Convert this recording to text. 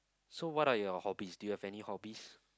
so what are your hobbies do you have any hobbies